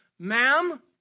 Ma'am